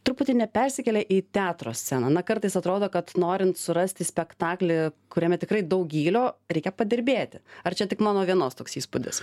truputį nepersikėlė į teatro sceną na kartais atrodo kad norint surasti spektaklį kuriame tikrai daug gylio reikia padirbėti ar čia tik mano vienos toks įspūdis